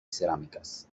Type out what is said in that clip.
cerámicas